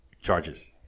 charges